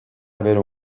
avere